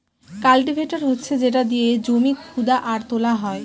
cultivator হচ্ছে যেটা দিয়ে জমি খুদা আর তোলা হয়